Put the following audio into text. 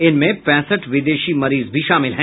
इनमें पैंसठ विदेशी मरीज भी शामिल हैं